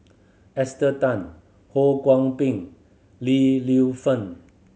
Esther Tan Ho Kwon Ping Li Lienfung